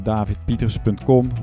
DavidPieters.com